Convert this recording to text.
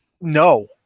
No